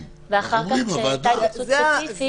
ואחר כך הייתה התייחסות ספציפית,